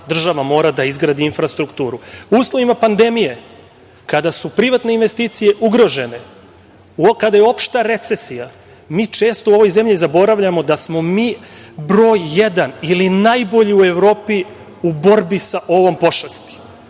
država mora da izgradi infrastrukturu.U uslovima pandemije kada su privatne investicije ugrožene, kada je opšta recesija, mi često u ovoj zemlji zaboravljamo da smo mi broj jedan, ili najbolji u Evropi u borbi sa ovom pošasti.